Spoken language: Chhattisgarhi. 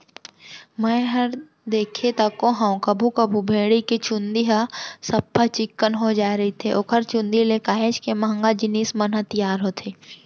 मैंहर देखें तको हंव कभू कभू भेड़ी के चंूदी ह सफ्फा चिक्कन हो जाय रहिथे ओखर चुंदी ले काहेच के महंगा जिनिस मन ह तियार होथे